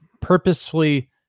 purposefully